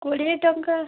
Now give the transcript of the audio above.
କୋଡ଼ିଏ ଟଙ୍କା